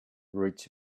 rich